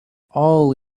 all